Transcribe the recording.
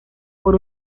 por